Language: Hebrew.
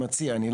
המציע.